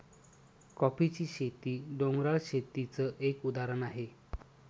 कॉफीची शेती, डोंगराळ शेतीच एक उदाहरण आहे